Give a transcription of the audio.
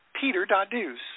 peter.news